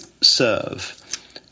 serve